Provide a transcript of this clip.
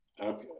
okay